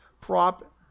prop